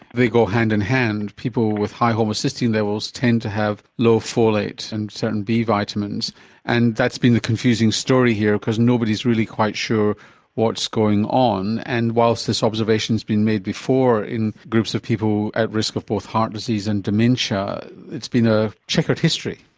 go hand in hand, people with high homocysteine levels tend to have low folate and certain b vitamins and that's been the confusing story here because nobody is really quite sure what's going on, and whilst this observation has been made before in groups of people at risk of both heart disease and dementia it's been a chequered history.